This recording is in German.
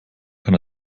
kann